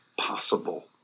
possible